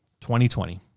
2020